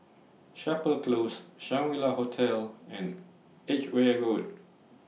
Chapel Close Shangri La Hotel and Edgware Road